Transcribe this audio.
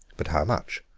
but how much?